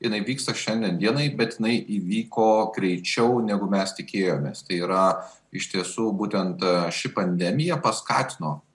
jinai vyksta šiandien dienai bet jinai įvyko greičiau negu mes tikėjomės tai yra iš tiesų būtent ši pandemija paskatino